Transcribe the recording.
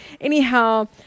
Anyhow